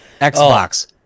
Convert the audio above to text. xbox